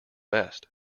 best